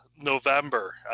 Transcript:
November